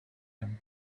them